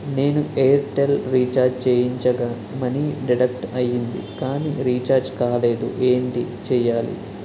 నేను Airtel recharge చేయించగా money deduct అయ్యింది కానీ రీఛార్జ్ కాలేదు ఏంటి చేయాలి?